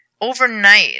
overnight